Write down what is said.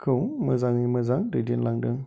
मोजाङै मोजां दैदेन लांदों